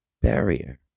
barrier